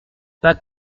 pas